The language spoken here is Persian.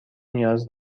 نیاز